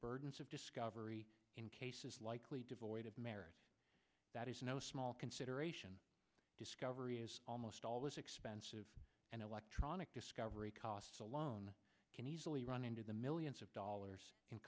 burdens of discovery in cases likely devoid of merit that is no small consideration discovery is almost always expensive and electronic discovery costs alone can easily run into the millions of dollars in